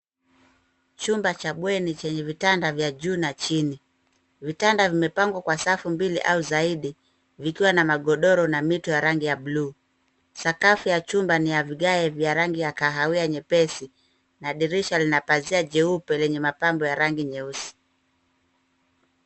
Chumba cha bweni chenye vitanda vya juu na chini. Vitanda vimepangwa kwa safu mbili au zaidi vikiwa na magodoro na mito ya rangi ya buluu. Sakafu ya chumba ni ya vigae vya rangi ya kahawia nyepesi na dirisha lina pazia jeupe lenye mapambo ya rangi nyeusi.